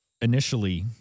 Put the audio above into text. initially